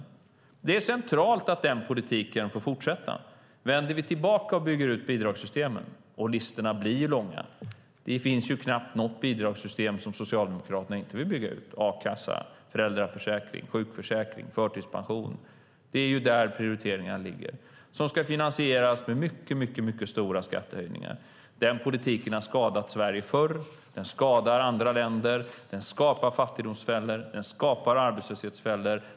Det är centralt att den politiken får fortsätta, så att vi inte vänder tillbaka och bygger ut bidragssystemen. Listorna blir långa, för det finns knappt något bidragssystem som Socialdemokraterna inte vill bygga ut: a-kassa, föräldraförsäkring, sjukförsäkring, förtidspension - det är där prioriteringarna ligger. Det ska finansieras med mycket stora skattehöjningar. Den politiken har skadat Sverige förr. Den skadar andra länder. Den skapar fattigdomsfällor. Den skapar arbetslöshetsfällor.